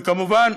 וכמובן,